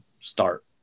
start